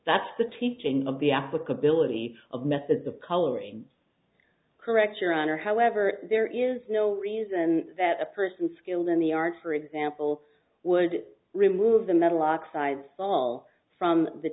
that's the teaching of the applicability of methods of coloring correct your honor however there is no reason that a person skilled in the art for example would remove the metal oxides ball from the